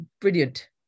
brilliant